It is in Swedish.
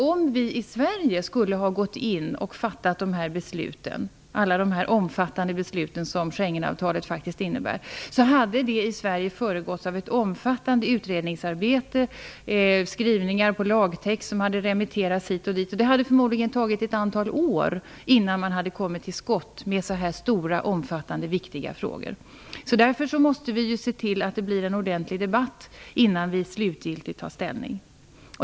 Om vi i Sverige skulle ha fattat alla de omfattande beslut som Schengenavtalet faktiskt innebär, hade det föregåtts av ett omfattande utredningsarbete. Lagtextskrivningar skulle ha remitterats hit och dit. Det hade förmodligen tagit ett antal år innan man hade kommit till skott med så här stora, omfattande och viktiga frågor. Därför måste vi se till att det blir en ordentlig debatt innan vi slutgiltigt tar ställning.